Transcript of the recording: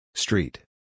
Street